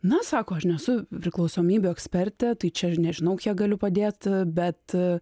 na sako aš nesu priklausomybių ekspertė tai čia nežinau kiek galiu padėt bet